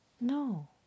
No